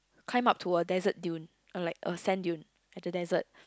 climb to a desert dune like a sand dune at the desert